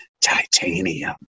titanium